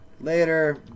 Later